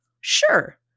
Sure